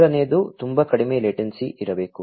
ಮೂರನೆಯದು ತುಂಬಾ ಕಡಿಮೆ ಲೇಟೆನ್ಸಿ ಇರಬೇಕು